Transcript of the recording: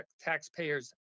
taxpayers